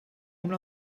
una